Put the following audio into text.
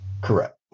correct